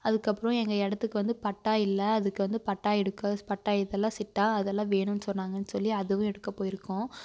அதுக்கப்புறம் எங்கள் இடத்துக்கு வந்து பட்டா இல்லை அதுக்கு வந்து பட்டா எடுக்க பட்டா இதெல்லாம் சிட்டா அதெல்லாம் வேணும்ன்னு சொன்னாங்கன்னு சொல்லி அதுவும் எடுக்கப் போயிருக்கோம்